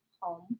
home